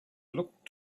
look